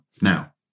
Now